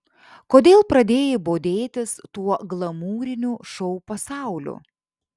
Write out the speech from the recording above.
kodėl pradėjai bodėtis tuo glamūriniu šou pasauliu